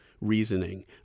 reasoning